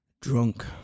Drunk